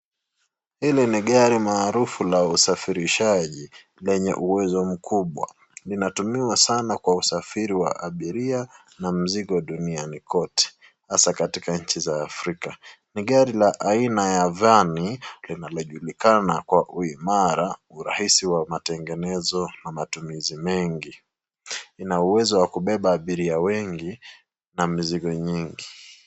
Hili ni gari maarufu la usafirishaji lenye uwezo mkubwa, linatumiwa sana kwa usafiri wa abiria na mzigo duniani kote hasa katika nchi za Afrika. Ni gari la aina ya van linalojulikana kwa uimara urahisi wa matengenezo na matumizi mengi ina uwezo wa kubaba abiria wengi na mizigo nyingi.